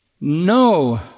no